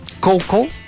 Coco